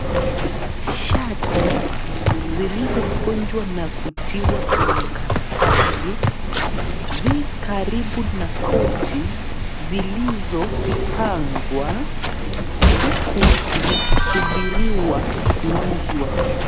Shati zilizokunjwa na kutiwa kwenye karatasi zi karibu na koti zilizopangwa huku zikisubiriwa kuuzwa.